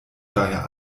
daher